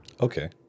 Okay